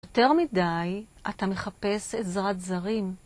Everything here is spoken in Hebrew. יותר מדי אתה מחפש עזרת זרים.